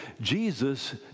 Jesus